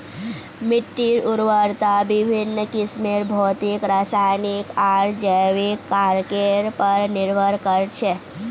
मिट्टीर उर्वरता विभिन्न किस्मेर भौतिक रासायनिक आर जैविक कारकेर पर निर्भर कर छे